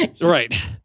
Right